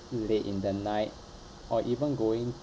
late in the night or even going